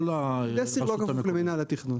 לא לרשות המקומית.